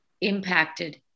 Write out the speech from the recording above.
impacted